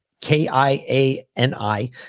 K-I-A-N-I